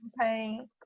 campaign